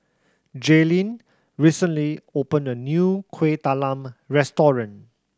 Jailene recently opened a new Kueh Talam restaurant